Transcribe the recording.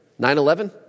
9-11